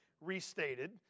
restated